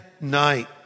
night